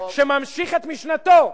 שממשיך את משנתו,